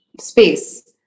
space